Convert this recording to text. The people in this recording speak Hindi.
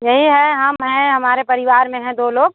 यही है हम हैं हमारे परिवार में हैं दो लोग